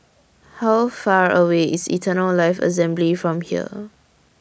How Far away IS Eternal Life Assembly from here